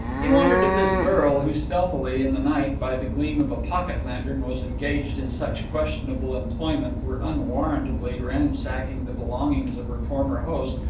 he wondered if this girl, who stealthily, in the night, by the gleam of a pocket lantern, was engaged in such questionable employment, were unwarrantably ransacking the belongings of her former host,